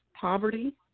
poverty